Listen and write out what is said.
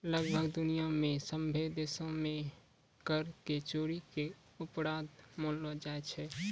लगभग दुनिया मे सभ्भे देशो मे कर के चोरी के अपराध मानलो जाय छै